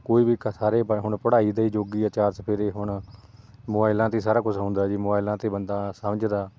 ਕੋਈ ਵੀ ਕ ਸਾਰੇ ਬ ਹੁਣ ਪੜ੍ਹਾਈ ਦੇ ਯੁੱਗ ਹੀ ਆ ਚਾਰ ਚੁਫੇਰੇ ਹੁਣ ਮੋਬਾਈਲਾਂ 'ਤੇ ਹੀ ਸਾਰਾ ਕੁਛ ਹੁੰਦਾ ਜੀ ਮੋਬਾਈਲਾਂ 'ਤੇ ਹੀ ਬੰਦਾ ਸਮਝਦਾ